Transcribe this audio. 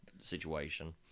situation